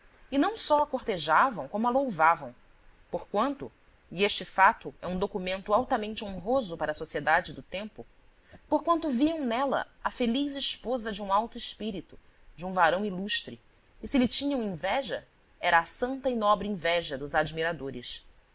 e não só a cortejavam como a louvavam porquanto e este fato é um documento altamente honroso para a sociedade do tempo porquanto viam nela a feliz esposa de um alto espírito de um varão ilustre e se lhe tinham inveja era a santa e nobre inveja dos admiradores